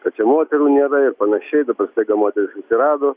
kad čia moterų nėra ir panašiai dabar staiga moterys atsirado